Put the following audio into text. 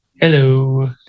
Hello